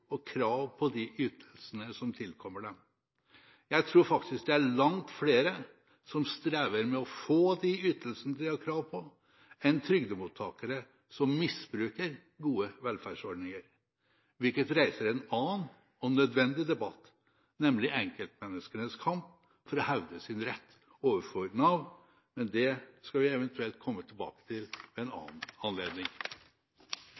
og krav på de ytelsene som tilkommer dem. Jeg tror faktisk det er langt flere som strever med å få de ytelsene de har krav på, enn det er trygdemottakere som misbruker gode velferdsordninger. Dette reiser en annen og nødvendig debatt, nemlig den om enkeltmenneskets kamp for å hevde sin rett overfor Nav. Men det skal vi eventuelt komme tilbake til ved en